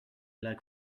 like